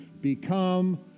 become